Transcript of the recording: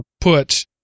put